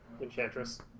Enchantress